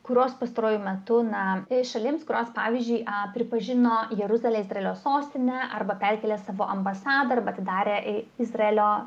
kurios pastaruoju metu na toms šalims kurios pavyzdžiui pripažino jeruzalę izraelio sostine arba perkėlė savo ambasadą arba atidarė izraelio